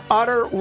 utter